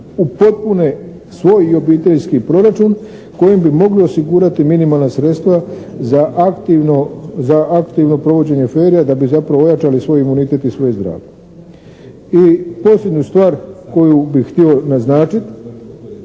upotpune svoj i obiteljski proračun kojem bi mogli osigurati minimalna sredstva za aktivno provođenje ferija, da bi zapravo ojačali imunitet i svoje zdravlje. I posljednju stvar koju bi htio naznačit